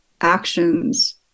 actions